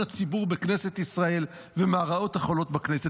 הציבור בכנסת ישראל ומהרעות החולות בכנסת.